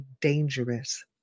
dangerous